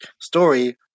story